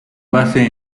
base